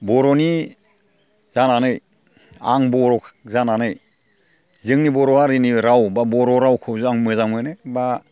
बर'नि जानानै आं बर' जानानै जोंनि बर' हारिनि राव एबा बर' रावखौ आं मोजां मोनो एबा